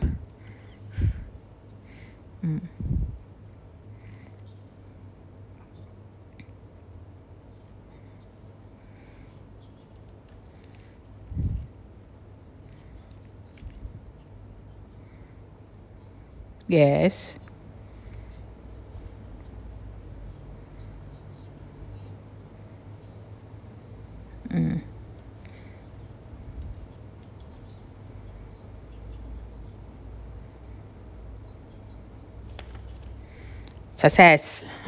mm yes mm success